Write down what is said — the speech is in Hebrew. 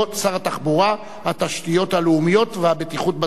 התחבורה, התשתיות הלאומיות והבטיחות בדרכים.